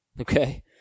Okay